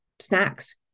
snacks